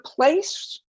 place